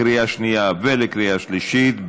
לקריאה שנייה ולקריאה שלישית.